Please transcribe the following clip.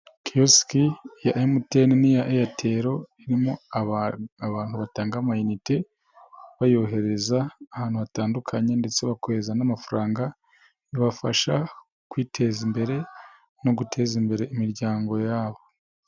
Kiyosiki ya MTN n'iya Airtel irimo abantu batanga amayinite, bayohereza ahantu hatandukanye ndetse bakoheza n'amafaranga. Bibafasha kwiteza imbere no guteza imbere imiryango yabo.